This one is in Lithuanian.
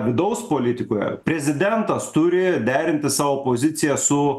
vidaus politikoje prezidentas turi derinti savo poziciją su